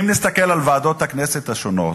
אם נסתכל על ועדות הכנסת השונות,